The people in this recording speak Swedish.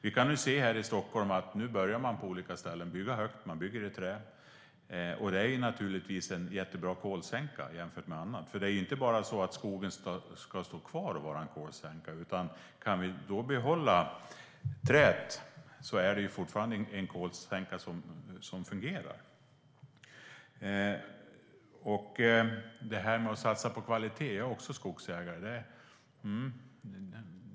Vi kan i Stockholm se att man nu börjar bygga högt på olika ställen, och man bygger i trä. Det är en jättebra kolsänka jämfört med annat. Det är inte bara så att skogen ska stå kvar och vara en kolsänka. Kan vi behålla träet är det fortfarande en kolsänka som fungerar. Det talades om att satsa på kvalitet. Jag är också skogsägare.